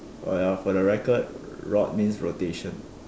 uh for the record rot means rotation